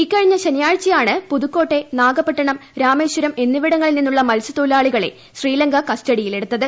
ഇക്കഴിഞ്ഞ ശനിയാഴ്ചയാണ് പുതുക്കോട്ടെ നാഗപ്പട്ടണം രാമേശ്വരം എന്നിവിടങ്ങളിൽ നിന്നുള്ള മത്സ്യത്തൊഴിലാളികളെ ശ്രീലങ്ക കസ്റ്റഡിയിലെടുത്തത്